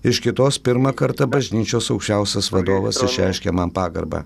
iš kitos pirmą kartą bažnyčios aukščiausias vadovas išreiškė man pagarbą